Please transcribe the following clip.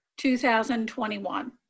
2021